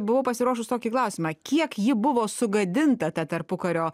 buvau pasiruošus tokį klausimą kiek ji buvo sugadinta ta tarpukario